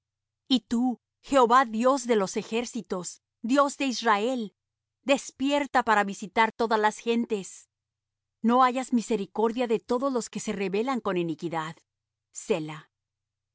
y tú jehová dios de los ejércitos dios de israel despierta para visitar todas las gentes no hayas misericordia de todos los que se rebelan con iniquidad